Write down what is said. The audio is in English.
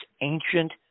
ancient